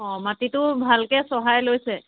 অ মাটিটো ভালকৈ চহাই লৈছে